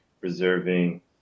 preserving